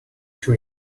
tree